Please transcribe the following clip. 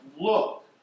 Look